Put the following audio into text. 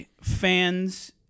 fans